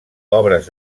obres